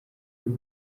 biri